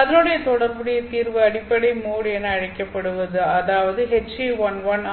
அதனுடன் தொடர்புடைய தீர்வு அடிப்படை மோட் என அழைக்கப்படும் அதாவது HE11 ஆகும்